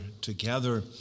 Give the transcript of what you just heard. together